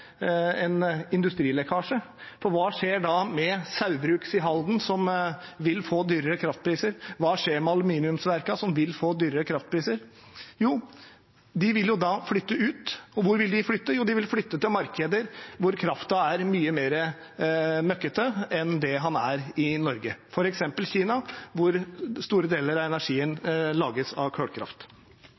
industrilekkasje. For hva skjer da med Saugbrugs i Halden, som vil få høyere kraftpriser? Hva skjer med aluminiumsverkene, som vil få høyere kraftpriser? Jo, de vil flytte ut. Og hvor vil de flytte? Jo, de vil flytte til markeder hvor kraften er mye mer møkkete enn den er i Norge – f.eks. til Kina, hvor store deler av energien